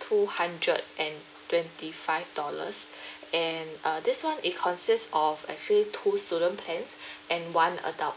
two hundred and twenty five dollars and uh this [one] it consists of actually two student plans and one adult